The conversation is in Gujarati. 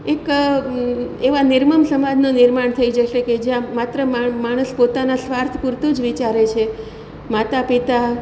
એક એવા નિર્મમ સમાજનું નિર્માણ થઈ જશે કે જ્યાં માત્ર માણસ પોતાના સ્વાર્થ પૂરતું જ વિચારે છે માતા પિતા